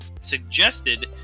suggested